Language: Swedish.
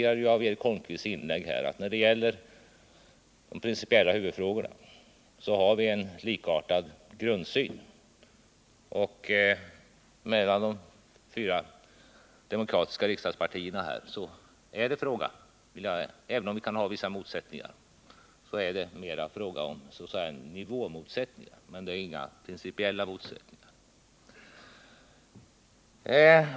Av Eric Holmqvists inlägg framgick att vi i de principiella huvudfrågorna har en likartad grundsyn, så jag tror man kan säga att de motsättningar som kan finnas mellan de fyra demokratiska partierna mera är fråga om motsättningar när det gäller nivån än principiella motsättningar.